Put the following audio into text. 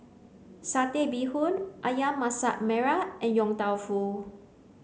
satay bee hoon ayam masak merah and yong tau foo